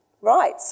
Right